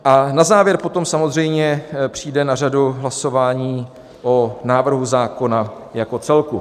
A na závěr potom samozřejmě přijde na řadu hlasování o návrhu zákona jako celku.